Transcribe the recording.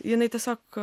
jinai tiesiog